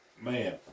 man